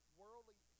worldly